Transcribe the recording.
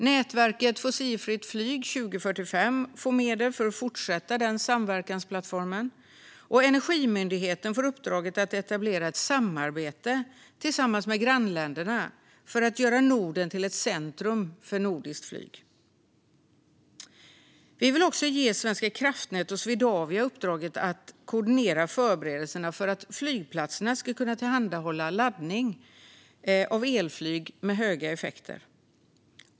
Nätverket Fossilfritt flyg 2045 får medel för att fortsätta den samverkansplattformen, och Energimyndigheten får uppdraget att etablera ett samarbete tillsammans med grannländerna för att göra Norden till ett centrum för fossilfritt flyg. Vi vill ge Svenska kraftnät och Swedavia uppdraget att koordinera förberedelserna för att flygplatserna ska kunna tillhandahålla laddning av elflyg med höga effekter.